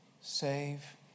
save